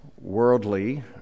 worldly